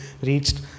reached